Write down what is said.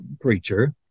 preacher